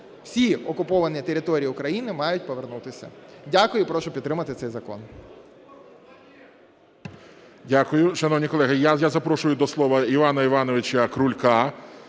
Всі окуповані території України мають повернутися. Дякую. І прошу підтримати цей закон.